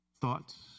Thoughts